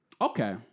okay